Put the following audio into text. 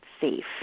safe